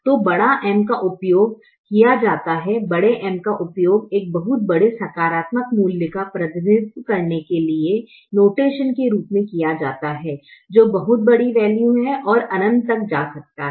तो बड़ा M का उपयोग किया जाता है बड़े M का उपयोग एक बहुत बड़े सकारात्मक मूल्य का प्रतिनिधित्व करने के लिए नोटेशन के रूप में किया जाता है जो बहुत बड़ी वैल्यू है और अनंत तक जाता है